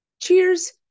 Cheers